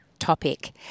topic